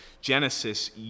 Genesis